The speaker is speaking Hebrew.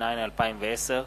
התש”ע 2010,